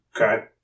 Okay